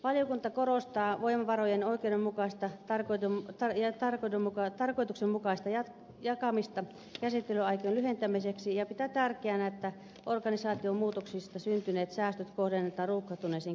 valiokunta korostaa voimavarojen oikeudenmukaista ja tarkoituksenmukaista jakamista käsittelyaikojen lyhentämiseksi ja pitää tärkeänä että organisaatiomuutoksista syntyneet säästöt kohdennetaan ruuhkautuneisiin käräjäoikeuksiin